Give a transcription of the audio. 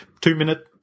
two-minute